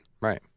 Right